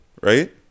right